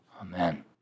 amen